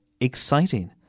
exciting